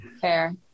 Fair